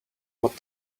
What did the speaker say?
what